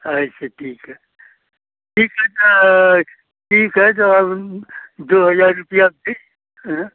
अच्छा ठीक है ठीक है त ठीक है जो हम दो हजार रुपया अभी हाँ